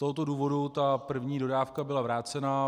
Z tohoto důvodu ta první dodávka byla vrácena.